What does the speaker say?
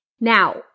Now